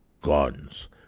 guns